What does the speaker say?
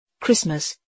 Christmas